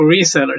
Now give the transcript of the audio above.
resellers